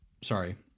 Sorry